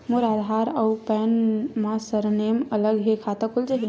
मोर आधार आऊ पैन मा सरनेम अलग हे खाता खुल जहीं?